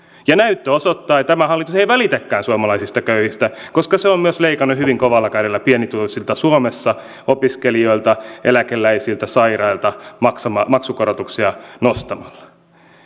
ja näyttö osoittaa että tämä hallitus ei välitäkään suomalaisista köyhistä koska se on myös leikannut hyvin kovalla kädellä pienituloisilta suomessa opiskelijoilta eläkeläisiltä sairailta maksukorotuksia nostamalla